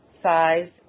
size